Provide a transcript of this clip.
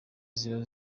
ziba